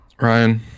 Ryan